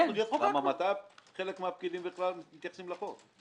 מתי חלק מהפקידים בכלל מתייחסים לחוק?